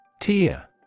Tia